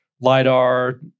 LIDAR